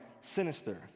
sinister